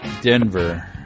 Denver